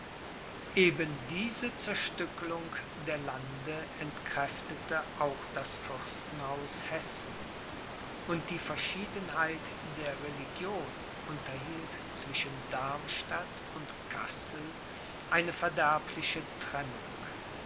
eben diese zerstückelung der lande entkräftete auch das fürstenhaus hessen und die verschiedenheit der religion unterhielt zwischen darmstadt und kassel eine verderbliche trennung